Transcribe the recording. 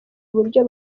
uburyo